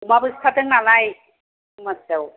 अमाबो सिथारदों नालाय दमासिआव